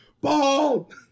Bald